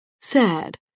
Sad